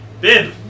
Bib